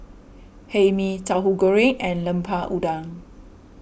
Hae Mee Tauhu Goreng and Lemper Udang